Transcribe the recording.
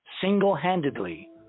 single-handedly